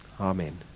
Amen